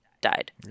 died